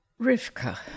Rivka